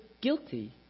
guilty